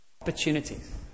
Opportunities